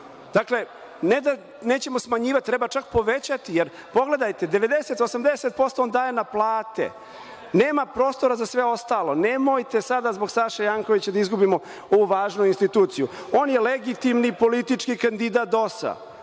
Dakle, nećemo smanjivati, treba čak povećati. Pogledajte, 90%, 80% on daje na plate, nema prostora za sve ostalo. Nemojte sada zbog Saše Jankovića da izgubimo ovu važnu instituciju. On je legitimni, politički kandidat